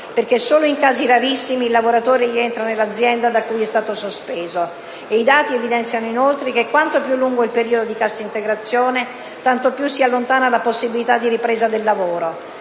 perché solo in casi rarissimi il lavoratore rientra nell'azienda da cui è stato sospeso, e i dati evidenziano che quanto più è lungo il periodo di cassa integrazione tanto più si allontana la possibilità di ripresa del lavoro.